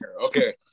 Okay